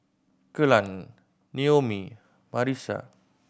Kelan Noemie Marisa